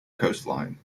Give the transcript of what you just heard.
coastline